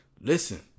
Listen